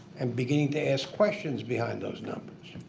and beginning to ask questions behind those numbers.